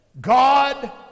God